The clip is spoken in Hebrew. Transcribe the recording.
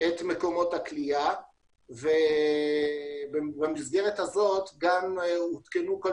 את מקומות הכליאה ובמסגרת הזו הותקנו כל